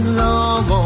long